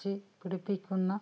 വെച്ച് പിടിപ്പിക്കുന്ന